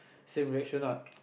same reaction ah